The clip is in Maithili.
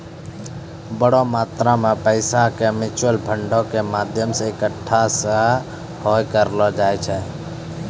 बड़ो मात्रा मे पैसा के म्यूचुअल फंडो के माध्यमो से एक्कठा सेहो करलो जाय छै